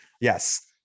yes